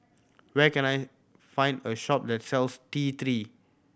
where can I find a shop that sells T Three